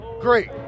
great